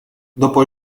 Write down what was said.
dopo